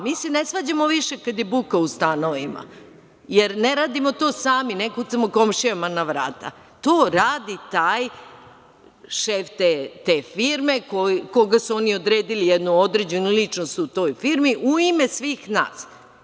Mi se ne svađamo više kada je buka u stanovima, jer ne radimo to sami, ne kucamo komšijama na vrata, to radi šef te firme koga su oni odredili, jednu određenu ličnost u toj firmi u ime svih nas.